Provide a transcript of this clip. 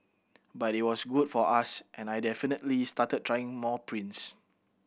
but it was good for us and I definitely started trying more prints